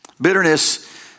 Bitterness